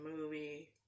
movie